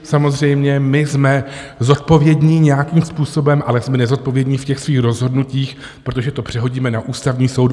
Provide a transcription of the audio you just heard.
Samozřejmě my jsme zodpovědní nějakým způsobem, ale jsme nezodpovědní v těch svých rozhodnutích, protože to přehodíme na Ústavní soud.